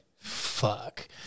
Fuck